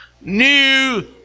New